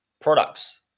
products